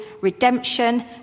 redemption